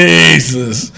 Jesus